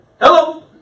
Hello